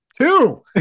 Two